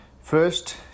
first